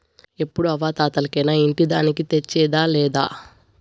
ఎప్పుడూ అవ్వా తాతలకేనా ఇంటి దానికి తెచ్చేదా లేదా